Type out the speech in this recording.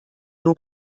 nur